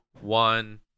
one